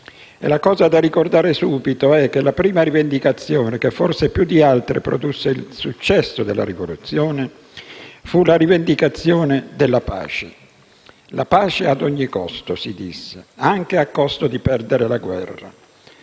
E la cosa da ricordare subito è che la prima rivendicazione, che forse più di altre produsse il successo della rivoluzione, fu la rivendicazione della pace: la pace ad ogni costo, si disse, anche a costo di perdere la guerra.